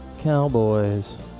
cowboys